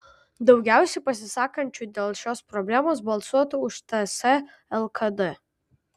daugiausiai pasisakančių dėl šios problemos balsuotų už ts lkd